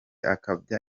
akabya